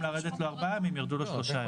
שירדו לו ארבעה ימים ירדו לו שלושה ימים.